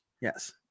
yes